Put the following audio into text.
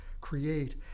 create